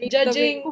Judging